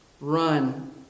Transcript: Run